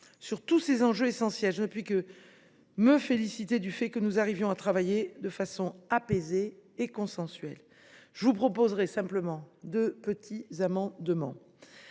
Sur tous ces enjeux essentiels, je ne puis que me féliciter du fait que nous arrivions à travailler de façon apaisée et consensuelle. Je ne vous proposerai que deux amendements